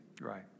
Right